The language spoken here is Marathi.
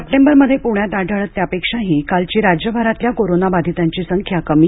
सप्टेबर मध्ये प्ण्यात आढळत त्यापेक्षाही कालची राज्यभरातल्या कोरोनाबाधितांची संख्या कमी